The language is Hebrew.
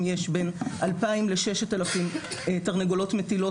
יש בין 2,000 ל-6,000 תרנגולות מטילות,